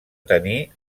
tenir